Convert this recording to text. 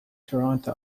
toronto